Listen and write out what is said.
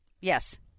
Yes